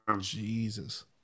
jesus